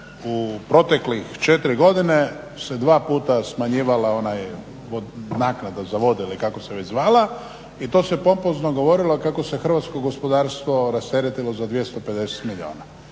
u proteklih četiri godine se dva puta smanjivala onaj, naknada za vode ili kako se već zvala i to se pompozno govorilo kako se hrvatsko gospodarstvo rasteretilo za 250 milijuna.